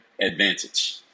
advantage